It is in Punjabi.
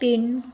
ਤਿੰਨ